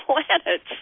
planets